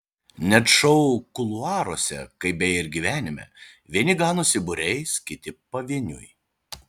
net šou kuluaruose kaip beje ir gyvenime vieni ganosi būriais kiti pavieniui